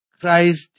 Christ